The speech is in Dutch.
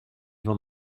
van